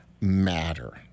matter